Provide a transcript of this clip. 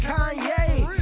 Kanye